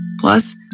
Plus